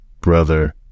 brother